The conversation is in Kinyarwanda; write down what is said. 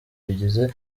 bigize